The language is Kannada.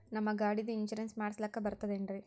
ನಮ್ಮ ಗಾಡಿದು ಇನ್ಸೂರೆನ್ಸ್ ಮಾಡಸ್ಲಾಕ ಬರ್ತದೇನ್ರಿ?